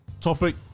Topic